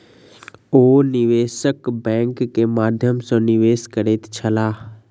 ओ निवेशक बैंक के माध्यम सॅ निवेश करैत छलाह